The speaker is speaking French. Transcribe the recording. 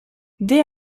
dès